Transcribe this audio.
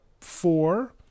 four